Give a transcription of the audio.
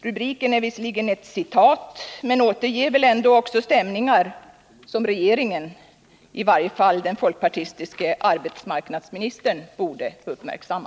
Rubriken är visserligen ett citat men återger väl ändå stämningar som regeringen — eller i varje fall den folkpartistiske arbetsmarknadsministern — borde uppmärksamma.